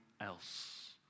else